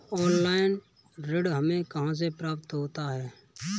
Offline ऋण हमें कहां से प्राप्त होता है?